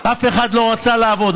אף אחד לא רצה לעבוד,